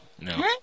No